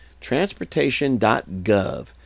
transportation.gov